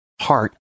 heart